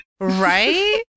Right